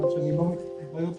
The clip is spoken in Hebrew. כיוון שאני לא מכיר בעיות